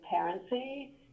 transparency